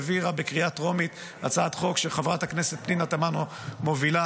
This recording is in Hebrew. העבירה בקריאה טרומית הצעת חוק שחברת הכנסת פנינה תמנו מובילה,